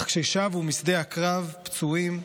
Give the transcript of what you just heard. אך כששבו משדה הקרב פצועים,